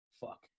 Fuck